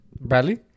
Bradley